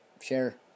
Share